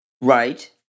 Right